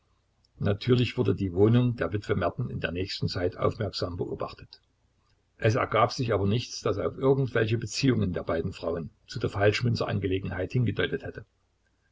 natürlich wurde die wohnung der witwe merten in der nächsten zeit aufmerksam beobachtet es ergab sich aber nichts das auf irgend welche beziehungen der beiden frauen zu der falschmünzerangelegenheit hingedeutet hätte